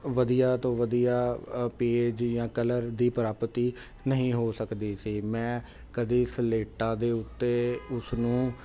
ਵਧੀਆ ਤੋਂ ਵਧੀਆ ਪੇਜ ਜਾਂ ਕਲਰ ਦੀ ਪ੍ਰਾਪਤੀ ਨਹੀਂ ਹੋ ਸਕਦੀ ਸੀ ਮੈਂ ਕਦੇ ਸਲੇਟਾਂ ਦੇ ਉੱਤੇ ਉਸਨੂੰ